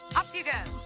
up you go.